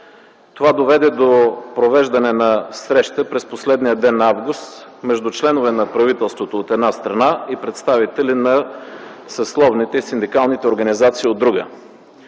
Това доведе до провеждане на среща през последния ден на м. август между членове на правителството, от една страна, и представители на съсловните и синдикалните организации, от друга